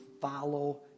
follow